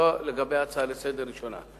זה לגבי ההצעה לסדר-היום הראשונה.